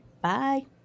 Bye